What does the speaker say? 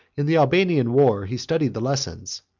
in the albanian war he studied the lessons,